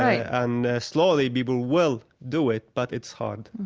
and slowly people will do it, but it's hard,